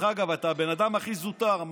אתה הבן אדם הכי זוטר.